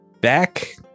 back